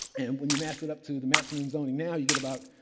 and when you mass it up to the maximum zoning now, you get about,